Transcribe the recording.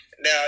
Now